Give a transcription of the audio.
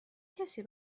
کسی